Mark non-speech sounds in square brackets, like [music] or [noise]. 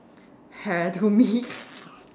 hair to me [laughs]